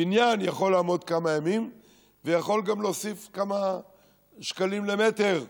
בניין יכול לעמוד כמה ימים ויכול גם להוסיף כמה שקלים למטר,